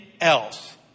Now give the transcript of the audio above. else